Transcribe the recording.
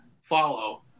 follow